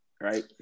right